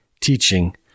teaching